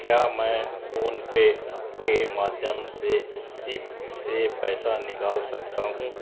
क्या मैं PhonePe के माध्यम से सिप से पैसा निकाल सकता हूँ